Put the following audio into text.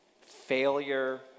failure